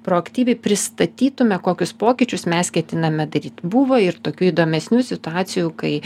proaktyviai pristatytume kokius pokyčius mes ketiname daryt buvo ir tokių įdomesnių situacijų kai